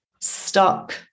stuck